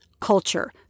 culture